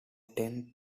ten